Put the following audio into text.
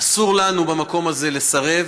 אסור לנו במקום הזה לסרב.